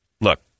look